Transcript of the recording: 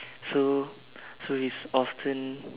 so so he's often